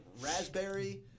raspberry